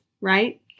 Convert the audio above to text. right